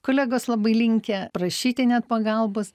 kolegos labai linkę prašyti net pagalbos